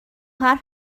حرف